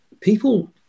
people